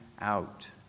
out